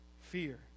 fear